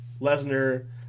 Lesnar